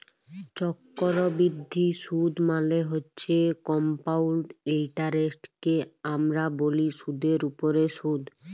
চক্করবিদ্ধি সুদ মালে হছে কমপাউল্ড ইলটারেস্টকে আমরা ব্যলি সুদের উপরে সুদ